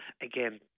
again